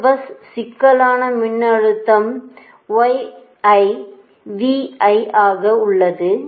இந்த பஸ் சிக்கலான மின்னழுத்தம் ஆக உள்ளது